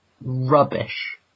rubbish